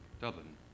Dublin